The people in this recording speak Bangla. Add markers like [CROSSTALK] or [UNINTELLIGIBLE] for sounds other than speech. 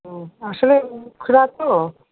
ও আসলে [UNINTELLIGIBLE] তো